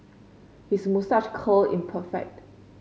his moustache curl in perfect